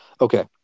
Okay